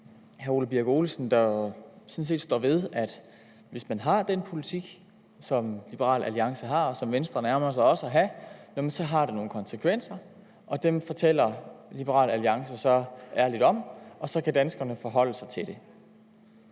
på hr. Ole Birk Olesen, der sådan set ærligt står ved, at hvis man har den politik, som Liberal Alliance har, og som Venstre nærmer sig, så har det nogle konsekvenser. Dem fortæller Liberal Alliance så ærligt om, og så kan danskerne forholde sig til det.